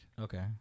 Okay